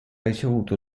ricevuto